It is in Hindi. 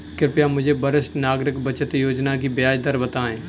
कृपया मुझे वरिष्ठ नागरिक बचत योजना की ब्याज दर बताएं